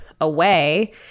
away